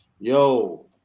Yo